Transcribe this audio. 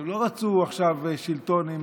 הם לא רצו עכשיו שלטון עם